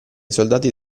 soldati